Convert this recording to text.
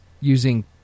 using